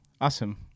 awesome